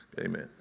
Amen